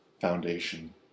foundation